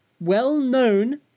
well-known